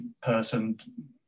person